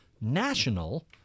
national